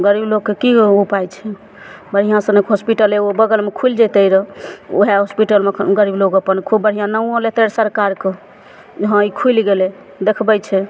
गरीब लोकके की एगो उपाय छै बढ़िआँसँ लोक हॉस्पिटल एगो बगलमे खुलि जेतय रऽ उएह हॉस्पिटलमे गरीब लोक अपन खूब बढ़िआँ नामो लेतय रऽ सरकारके हँ ई खुलि गेलय देखबय छै